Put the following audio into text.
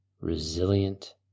resilient